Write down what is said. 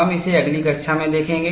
हम इसे अगली कक्षा में देखेंगे